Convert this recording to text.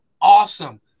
awesome